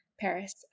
Paris